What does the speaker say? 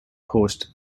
post